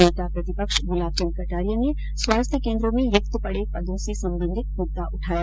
नेता प्रतिपक्ष गुलाबचन्द कटारिया ने स्वास्थ्य केन्द्रों में रिक्त पडे पदों से संबंधित मुद्ददा उठाया